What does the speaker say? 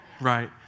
Right